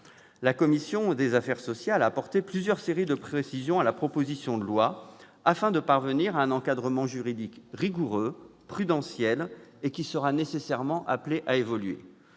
La commission des affaires sociales a apporté plusieurs séries de précisions à la proposition de loi afin de parvenir à un encadrement juridique rigoureux, prudentiel et qui sera nécessairement appelé à évoluer.